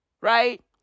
Right